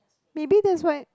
maybe that's what